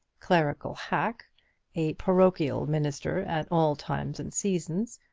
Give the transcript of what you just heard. clerical hack a parochial minister at all times and seasons,